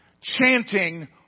chanting